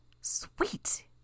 Sweet